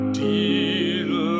deal